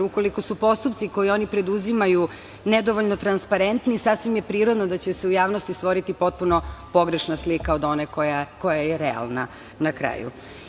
Ukoliko su postupci koje oni preduzimaju nedovoljno transparentni, sasvim je prirodno da će se u javnosti stvoriti potpuno pogrešna slika od one koja je realna na kraju.